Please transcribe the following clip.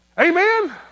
amen